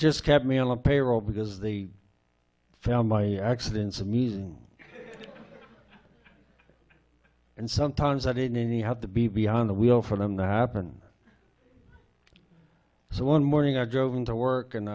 just kept me on the payroll because they found my accidents of mean and sometimes i didn't and he had to be behind the wheel for them to happen so one morning i drove into work and